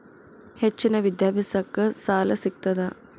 ಹೆಚ್ಚಿನ ವಿದ್ಯಾಭ್ಯಾಸಕ್ಕ ಸಾಲಾ ಸಿಗ್ತದಾ?